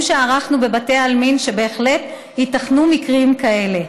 שערכנו בבתי העלמין שבהחלט ייתכנו מקרים כאלה.